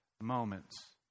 moments